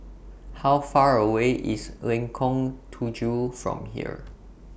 How Far away IS Lengkong Tujuh from here